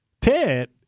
Ted